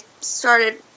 started